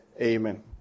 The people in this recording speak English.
Amen